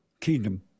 kingdom